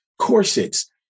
corsets